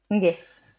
Yes